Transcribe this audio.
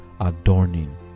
adorning